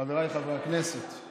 חבריי חברי הכנסת,